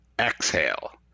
Exhale